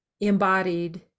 embodied